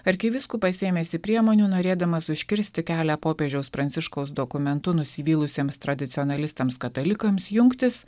arkivyskupas ėmėsi priemonių norėdamas užkirsti kelią popiežiaus pranciškaus dokumentu nusivylusiems tradicionalistams katalikams jungtis